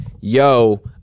yo